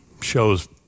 shows